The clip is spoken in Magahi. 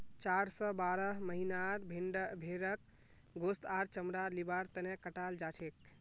चार स बारह महीनार भेंड़क गोस्त आर चमड़ा लिबार तने कटाल जाछेक